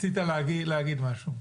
רצית להגיד משהו?